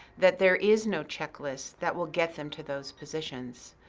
that there is no checklist that will get them to those positions.